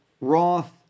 Roth